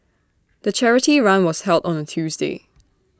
the charity run was held on A Tuesday